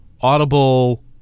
Audible